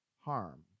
Harm